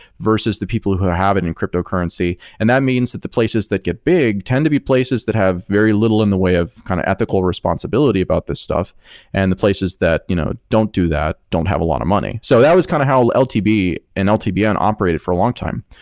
versus the people who and and cryptocurrency, and that means that the places that get big tend to be places that have very little in the way of kind of ethical responsibility about this stuff and the places that you know don't do that, don't have a lot of money. so that i was kind of how ltb and ltbn operated for a long time,